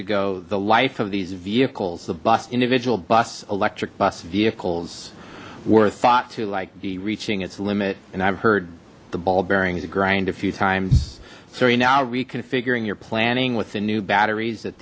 ago the life of these vehicles the bus individual bus electric bus vehicles were thought to like be reaching its limit and i've heard the ball bearings grind a few times sorry now reconfiguring your planning with the new batteries that